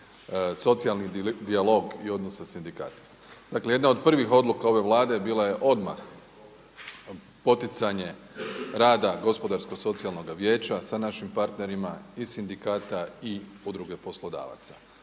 socijalni dijalog i odnos sa sindikatima. Dakle jedna od prvih odluka ove Vlade bila je odmah poticanje rada Gospodarsko-socijalnog vijeća sa našim partnerima i sindikata i udruge poslodavaca.